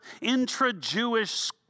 intra-Jewish